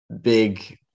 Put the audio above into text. big